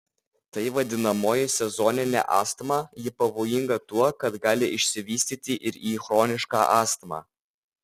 tai vadinamoji sezoninė astma ji pavojinga tuo kad gali išsivystyti ir į chronišką astmą